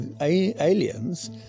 aliens